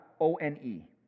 O-N-E